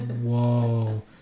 Whoa